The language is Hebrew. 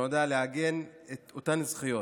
שנועדה לעגן את אותן זכויות,